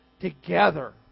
together